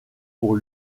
pour